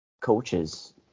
Coaches